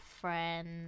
friends